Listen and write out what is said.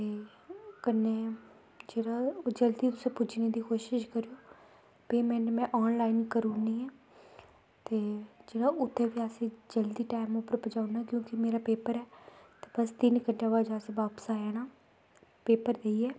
ते कन्नै जेह्ड़ा जल्दी तुस पुज्जने दी कोशिश करेओ पेमैंट में आन लाईन करी ओड़नी ऐ चे उत्थें बी असें जल्दी टैमे पर पज़ाई ओड़ना क्योंकि मेरा पेपर ऐ बस तिन्न घैंटे बाद बापस आई जाना पेपर देईयै